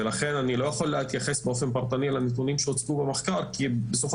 ולכן אני לא יכול להתייחס באופן פרטני לנתונים שהוצגו במחקר כי בסופו